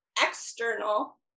external